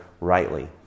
rightly